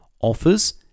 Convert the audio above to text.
offers